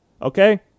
Okay